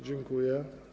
Dziękuję.